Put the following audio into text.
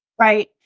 Right